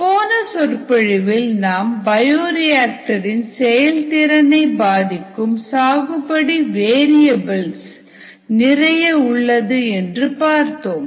போன சொற்பொழிவில் நாம் பயோரிஆக்டர் இன் செயல்திறனை பாதிக்கும் சாகுபடி வேரிஎபில்ஸ் நிறைய உள்ளது என்று பார்த்தோம்